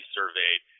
surveyed